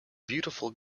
beautiful